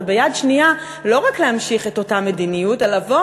וביד שנייה לא רק להמשיך את אותה מדיניות אלא לבוא